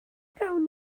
gawn